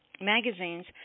magazines